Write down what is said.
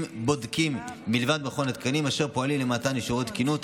בודקים מלבד מכון התקנים אשר פועלים למתן אישורי תקינות,